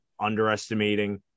underestimating